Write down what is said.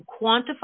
quantify